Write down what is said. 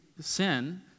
sin